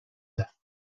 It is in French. tard